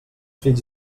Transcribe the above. fills